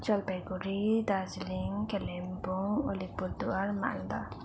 Jalpaiguri Darjeeling Kalimpong Alipurduar Malda